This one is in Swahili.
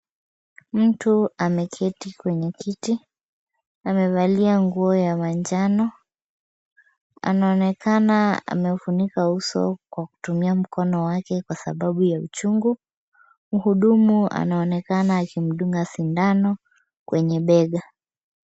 Mtu ameketi kwenye kiti. Amevalia nguo ya manjano. Anaonekana amefunika uso kwa kutumia mkono wake kwa sababu ya uchungu. Mhudumu anaonekana akimdunga sindano kwenye bega.